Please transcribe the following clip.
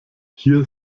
hier